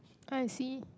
I see